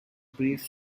brief